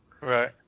Right